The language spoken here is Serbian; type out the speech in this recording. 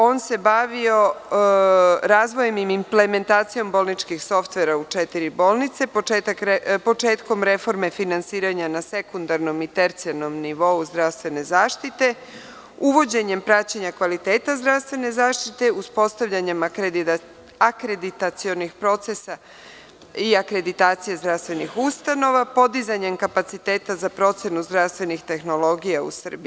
On se bavio razvojem i implementacijom bolničkih softvera u četiri bolnice početkom reforme finansiranja na sekundarnom i tercijalnom nivou zdravstvene zaštite, uvođenjem praćenja kvaliteta zdravstvene zaštite, uspostavljanja akreditacionih procesa i akreditacije zdravstvenih ustanova, podizanjem kapaciteta za procenu zdravstvenih tehnologija u Srbiji.